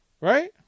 right